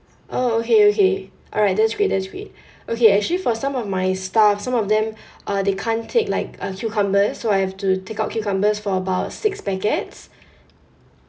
oh okay okay alright that's great that's great okay actually for some of my staff some of them uh they can't take like uh cucumbers so I have to take out cucumbers for about six packets